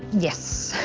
yes,